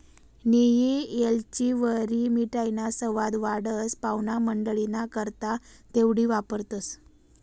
नियी येलचीवरी मिठाईना सवाद वाढस, पाव्हणामंडईना करता तेवढी वापरतंस